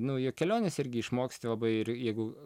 nu ir kelionėse irgi išmoksti labai ir jeigu